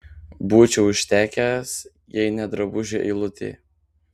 būčiau užtekęs jei ne drabužių eilutė